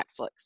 Netflix